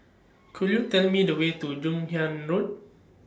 Could YOU Tell Me The Way to Joon Hiang Road